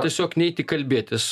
tiesiog neiti kalbėtis